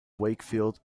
wakefield